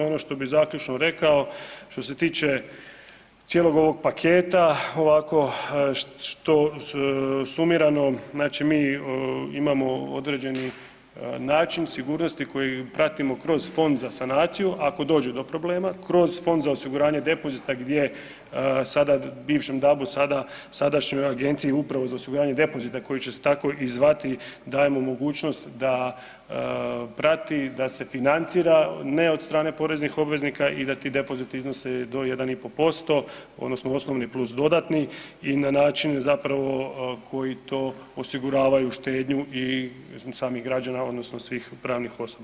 Ono što bi zaključno rekao što se tiče cijelog ovog paketa ovako što sumirano, znači mi imamo određeni način sigurnosti koji pratimo kroz Fond za sanaciju ako dođe do problema, kroz Fond za osiguranje depozita gdje sada bivšem DAB-u sada sadašnjoj agenciji upravo za osiguranje depozita koji će se tako i zvati dajemo mogućnost da prati, da se financira ne od strane poreznih obveznika i da ti depoziti iznose do 1,5% odnosno osnovni plus dodatni i na način zapravo koji to osiguravaju štednju i samih građana odnosno svih pravnih osoba.